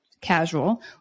casual